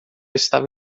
estava